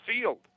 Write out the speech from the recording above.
field